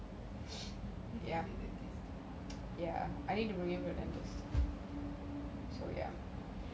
see a dentist